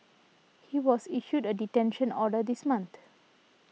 he was issued a detention order this month